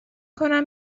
کنم